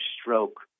stroke